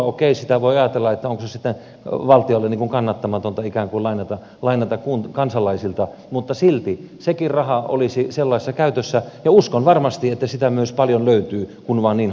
okei sitä voi ajatella että onko se sitten valtiolle kannattamatonta ikään kuin lainata kansalaisilta mutta silti sekin raha olisi sellaisessa käytössä ja uskon varmasti että sitä myös paljon löytyy kun vain niin halutaan